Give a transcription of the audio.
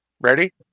Ready